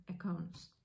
accounts